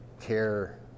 care